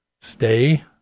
stay